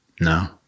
No